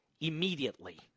immediately